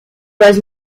was